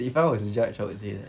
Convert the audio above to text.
if I was the judge I would say that